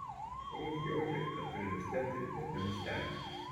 rut jautė kad turi nustebti bet nenustebo